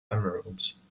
emeralds